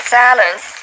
silence